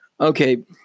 Okay